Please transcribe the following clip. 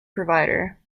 provider